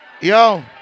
Yo